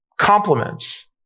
compliments